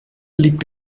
liegt